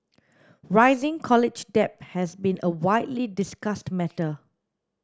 rising college debt has been a widely discussed matter